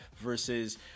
versus